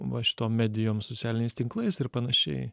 va šitom medijom socialiniais tinklais ir panašiai